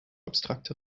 abstrakte